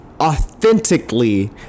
authentically